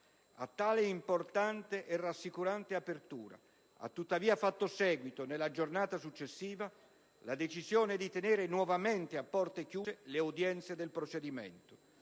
A tale importante e rassicurante apertura ha tuttavia fatto seguito, nella giornata successiva, la decisione di tenere nuovamente a porte chiuse le udienze del procedimento.